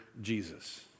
Jesus